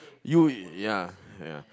you ya ya